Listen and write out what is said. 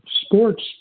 sports